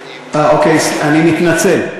אה, אוקיי, אני מתנצל.